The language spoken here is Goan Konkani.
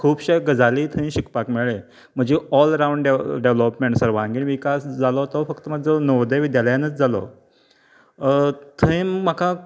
खुबशे गजाली थंय शिकपाक मेवळ्यो म्हजे ऑल राऊंड डॅव् डॅवलाॅपमेन्ट जावप सर्वांगी विकास जालो तो म्हजो नवोदय विद्द्यालयांत जालो थंय म्हाका